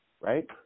right